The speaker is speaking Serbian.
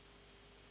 Hvala.